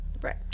right